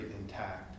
intact